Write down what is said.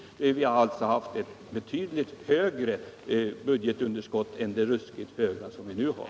Vi hade alltså haft ett budgetunderskott som t.o.m. varit betydligt högre än det ruskigt höga som vi nu har.